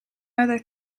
other